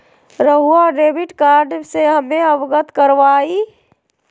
रहुआ debit card से हमें अवगत करवाआई?